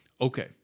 Okay